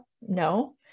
no